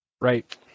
Right